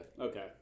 Okay